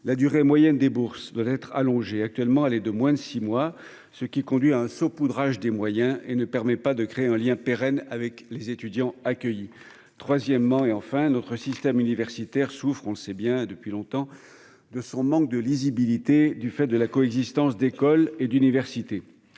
la durée moyenne des bourses doit être allongée. Actuellement, celle-ci est de moins de six mois, ce qui conduit à un saupoudrage des moyens et ne permet pas de créer un lien pérenne avec les étudiants accueillis. Troisièmement, notre système universitaire souffre- nous le savons depuis longtemps -de son manque de lisibilité, du fait de la coexistence d'écoles et d'universités.